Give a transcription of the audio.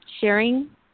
sharing